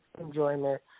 enjoyment